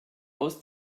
aus